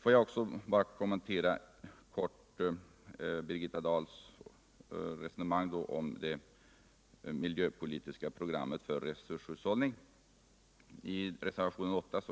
Får jag kort kommentera Birgitta Dahls resonemang om eu miljöpolitiskt program för resurshushållning. I reservationen 8